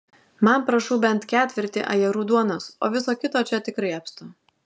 man prašau bent ketvirtį ajerų duonos o viso kito čia tikrai apstu